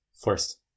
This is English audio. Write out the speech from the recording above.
first